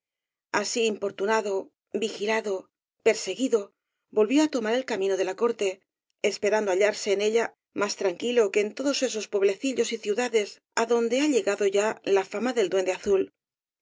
así importunado vigilado perseguido volvió á tomar el camino de la corte esperando hallarse en ella más tranquilo que en todos esos pueblecillos y ciudades adonde ha llegado ya la fama del duende azul